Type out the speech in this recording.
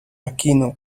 aquino